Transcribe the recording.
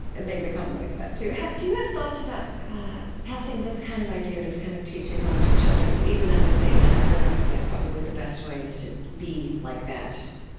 and they become like that too. do you have thoughts about passing this kind of idea, this kind of teaching, on to children? even as i say that, i realize that probably the best way is to be like that.